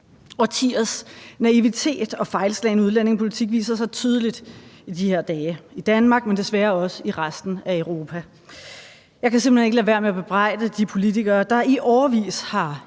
Årtiers naivitet og fejlslagen udlændingepolitik viser sig tydeligt i de her dage, i Danmark, men desværre også i resten af Europa. Jeg kan simpelt hen ikke lade være med at bebrejde de politikere, der i årevis har